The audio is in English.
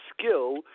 skill